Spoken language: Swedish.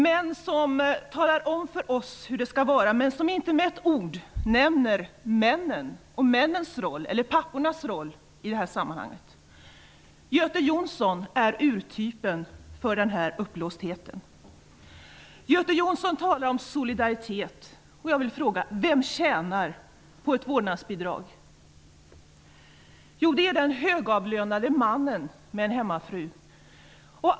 Det är män som talar om för oss hur det skall vara men som inte med ord nämner männen och männens roll eller pappornas roll i det här sammanhanget. Göte Jonsson är urtypen för den uppblåstheten. Göte Jonsson talar om solidaritet. Jag vill fråga: Vem tjänar på ett vårdnadsbidrag? Jo, det är den högavlönade mannen med en hemmafru.